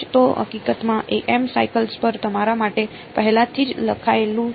તો હકીકતમાં સ્લાઇડ્સ પર તમારા માટે પહેલેથી જ લખાયેલું છે